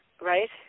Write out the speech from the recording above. right